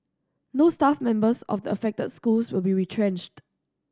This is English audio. no staff members of the affected schools will be retrenched